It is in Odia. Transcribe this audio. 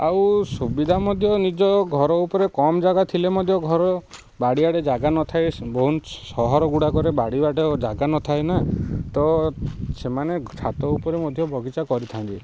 ଆଉ ସୁବିଧା ମଧ୍ୟ ନିଜ ଘର ଉପରେ କମ୍ ଜାଗା ଥିଲେ ମଧ୍ୟ ଘର ବାଡ଼ିଆଡ଼େ ଜାଗା ନଥାଏ ବହୁ ସହର ଗୁଡ଼ାକରେ ବାଡ଼ି ବାଟେ ଜାଗା ନଥାଏ ନା ତ ସେମାନେ ଛାତ ଉପରେ ମଧ୍ୟ ବଗିଚା କରିଥାନ୍ତି